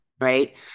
right